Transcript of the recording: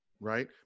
Right